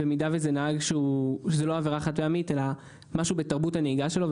במידה וזאת לא עבירה חד פעמית של הנהג אלא משהו בתרבות הנהיגה שלו.